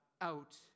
out